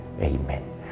Amen